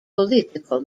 political